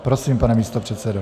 Prosím, pane místopředsedo.